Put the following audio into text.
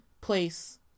place